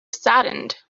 saddened